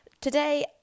Today